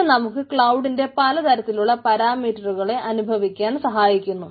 ഇത് നമുക്ക് ക്ലൌഡിന്റെ പലതരത്തിലുള്ള പരാമീറ്ററുകളെ അനുഭവിക്കാൻ സഹായിക്കുന്നു